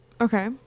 Okay